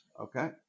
okay